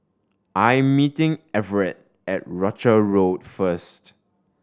I am meeting Everet at Rochor Road first